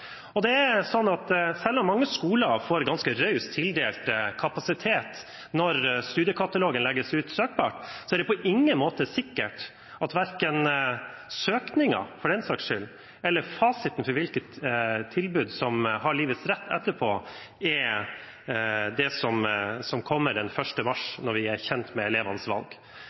Selv om mange skoler får tildelt ganske raus kapasitet når studiekatalogen legges ut søkbar, er det på ingen måte sikkert at det er verken søkningen for den saks skyld eller fasiten for hvilke tilbud som har livets rett etterpå, som kommer den 1. mars når vi er kjent med elevenes valg.